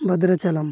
Bhadrachalam